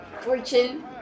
fortune